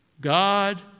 God